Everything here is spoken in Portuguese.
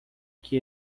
que